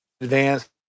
advance